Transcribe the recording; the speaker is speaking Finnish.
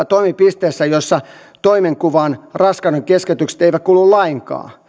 toimipisteissä joissa raskaudenkeskeytykset eivät kuulu lainkaan